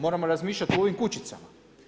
Moramo razmišljati u ovim kućicama.